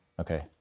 Okay